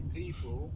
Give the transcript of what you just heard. people